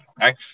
Okay